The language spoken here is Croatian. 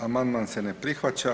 Amandman se ne prihvaća.